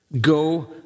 go